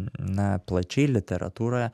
na plačiai literatūroje